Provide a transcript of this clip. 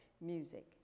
music